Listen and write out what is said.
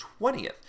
20th